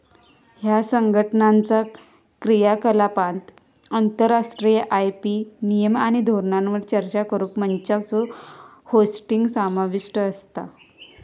ह्या संघटनाचा क्रियाकलापांत आंतरराष्ट्रीय आय.पी नियम आणि धोरणांवर चर्चा करुक मंचांचो होस्टिंग समाविष्ट असता